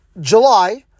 July